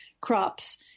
crops